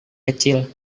kecil